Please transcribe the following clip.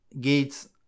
gates